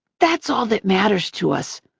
that's all that matters to us.